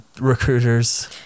recruiters